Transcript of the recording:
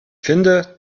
finde